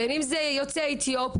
בין אם זה יוצאי אתיופיה,